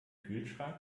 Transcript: kühlschrank